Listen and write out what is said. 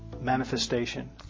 manifestation